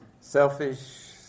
Selfish